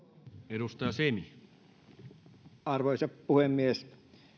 arvoisa puhemies